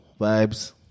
vibes